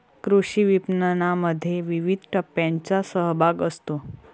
कृषी विपणनामध्ये विविध टप्प्यांचा सहभाग असतो